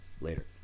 Later